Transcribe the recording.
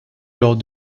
lors